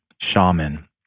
shaman